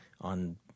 on